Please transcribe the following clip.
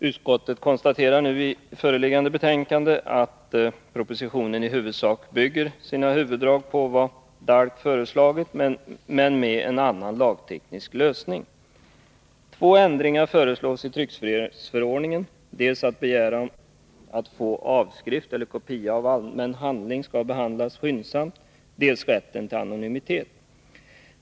Utskottet konstaterar nu i föreliggande betänkande att propositionen i sina huvuddrag bygger på vad DALK föreslagit men med en annan lagteknisk lösning. Två ändringar föreslås i tryckfrihetsförordningen. De gäller dels att begäran att få avskrift eller kopia av allmän handling skall behandlas skyndsamt, dels rätten till anonymitet.